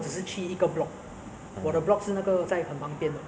all classroom lab is under one engineering block